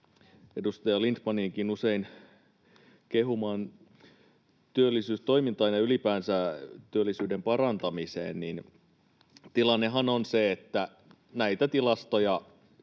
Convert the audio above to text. edustaja Lindtmaninkin usein kehumaan työllisyystoimintaan ja ylipäänsä työllisyyden parantamiseen, niin tilannehan on se, että näitä tilastoja